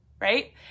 right